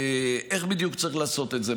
איך בדיוק צריך לעשות את זה,